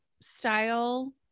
style